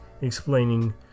explaining